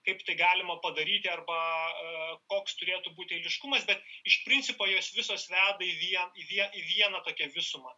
kaip tai galima padaryti arba koks turėtų būti eiliškumas bet iš principo jos visos veda į vien į vien į vieną tokią visumą